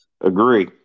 Agree